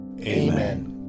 Amen